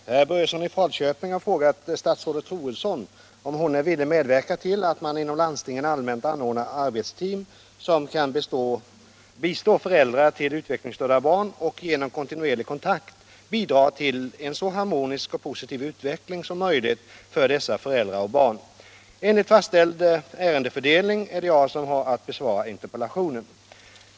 Herr talman! Herr Börjesson i Falköping har frågat statsrådet Troedsson om hon är villig medverka till att man inom landstingen allmänt anordnar arbetsteam som kan bistå föräldrar till utvecklingsstörda barn och genom kontinuerlig kontakt bidra till en så harmonisk och positiv utveckling som möjligt för dessa föräldrar och barn. Enligt fastställd ärendefördelning är det jag som har att besvara interpellationen.